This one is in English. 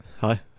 Hi